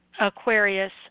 Aquarius